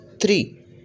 three